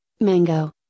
mango